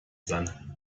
sein